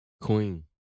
Queen